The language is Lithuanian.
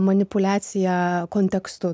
manipuliacija kontekstu